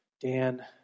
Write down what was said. Dan